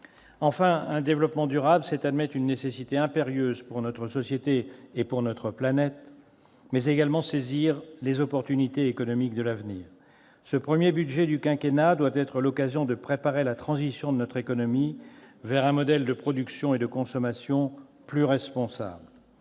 défi du développement durable, c'est admettre l'existence d'une nécessité impérieuse pour notre société et pour notre planète, mais également saisir les opportunités économiques de l'avenir. Ce premier budget du quinquennat doit être l'occasion de préparer la transition de notre économie vers un modèle de production et de consommation plus responsable.